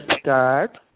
Start